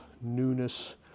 newness